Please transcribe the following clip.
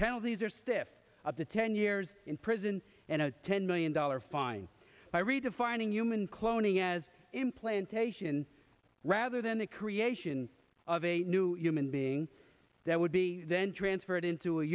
penalties are stiff of the ten years in prison and a ten million dollar fine by redefining human cloning as implantation rather than the creation of a new human being that would be then transferred into a